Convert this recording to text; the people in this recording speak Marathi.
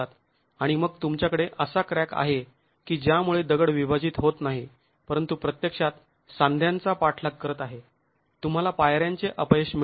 आणि मग तुमच्याकडे असा क्रॅक आहे की ज्यामुळे दगड विभाजित होत नाही परंतु प्रत्यक्षात सांध्यांचा पाठलाग करत आहे तुम्हाला पायर्यांचे अपयश मिळेल